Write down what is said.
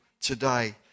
today